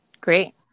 Great